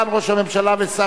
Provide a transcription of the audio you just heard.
הרווחה והבריאות על מנת להכינה,